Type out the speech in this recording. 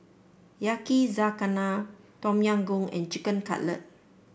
Yakizakana Tom Yam Goong and Chicken Cutlet